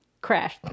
Crash